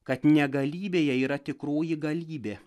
kad negalybėje yra tikroji galybė